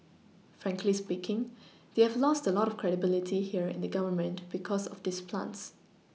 Frankly speaking they have lost a lot of credibility here in the Government because of these plants